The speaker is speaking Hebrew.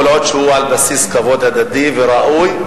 כל עוד הוא על בסיס כבוד הדדי וראוי,